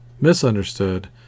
Misunderstood